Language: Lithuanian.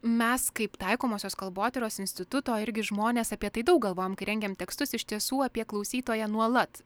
mes kaip taikomosios kalbotyros instituto irgi žmonės apie tai daug galvojam kai rengiam tekstus iš tiesų apie klausytoją nuolat